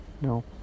no